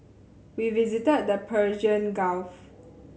we visited the Persian Gulf